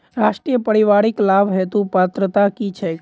राष्ट्रीय परिवारिक लाभ हेतु पात्रता की छैक